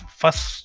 first